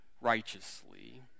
righteously